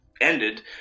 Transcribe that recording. ended